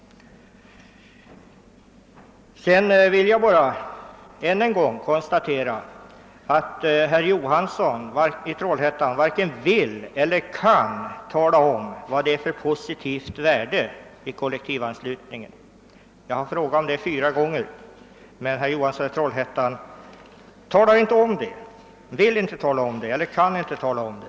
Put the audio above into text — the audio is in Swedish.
Sedan konstaterar jag än en gång att herr Johansson i Trollhättan varken vill eller kan tala om vad det finns för positivt värde i kollektivanslutningen. Jag har frågat om det fyra gånger, men herr Johansson i Trollhättan vill eller kan inte tala om det.